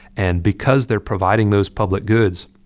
and because they're providing those public goods,